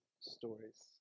stories